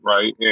Right